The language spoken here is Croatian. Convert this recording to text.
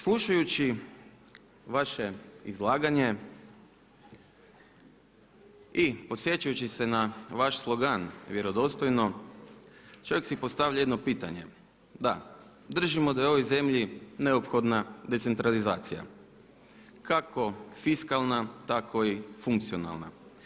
Slušajući vaše izlaganje i podsjećajući se na vaš slogan #Vjerodostojno čovjek si postavlja jedno pitanje, da, držimo da je ovoj zemlji neophodna decentralizacija, kako fiskalna tako i funkcionalna.